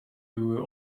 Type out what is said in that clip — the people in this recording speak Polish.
były